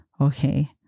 okay